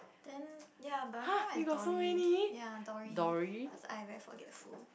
then ya but my favourite one is Dory ya Dory cause I very forgetful